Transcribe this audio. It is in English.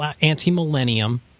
anti-millennium